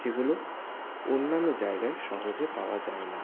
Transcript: যেগুলো অন্যান্য জায়গায় সহজে পাওয়া যায় না